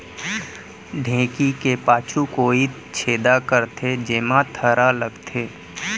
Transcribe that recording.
ढेंकी के पाछू कोइत छेदा करथे, जेमा थरा लगथे